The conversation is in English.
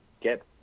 get